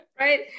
Right